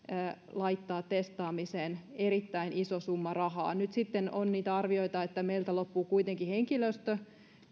laittaa testaamiseen erittäin iso summa rahaa nyt sitten on niitä arvioita että meiltä loppuu kuitenkin henkilöstö